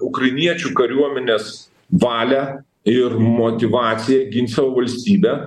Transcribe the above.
ukrainiečių kariuomenės valią ir motyvaciją gint savo valstybę